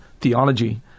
theology